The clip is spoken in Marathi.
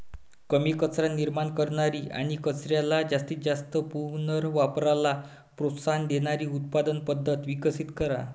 कमी कचरा निर्माण करणारी आणि कचऱ्याच्या जास्तीत जास्त पुनर्वापराला प्रोत्साहन देणारी उत्पादन पद्धत विकसित करा